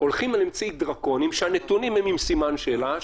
הולכים על אמצעים דרקוניים שהנתונים הם עם סימן שאלה,